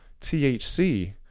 THC